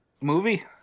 Movie